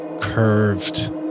curved